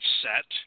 set